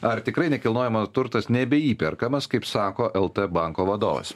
ar tikrai nekilnojamo turtas nebeįperkamas kaip sako lt banko vadovas